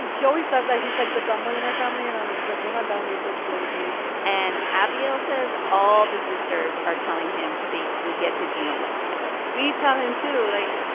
he always says that he's, like, the dumb one in our family, and um i'm just like, you're not dumb. you're just lazy and abigail says all the sisters are telling him to basically get his you-know-what together we tell him, too. like,